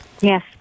Yes